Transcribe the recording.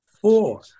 Four